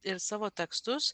ir savo tekstus